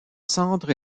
centre